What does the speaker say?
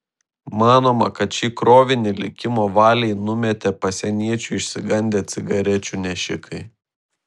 manoma kad šį krovinį likimo valiai numetė pasieniečių išsigandę cigarečių nešikai